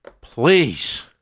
Please